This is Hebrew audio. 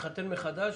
להתחתן מחדש?